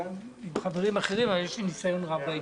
עם חברים אחרים, אבל יש לי ניסיון רב בעניין.